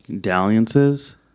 dalliances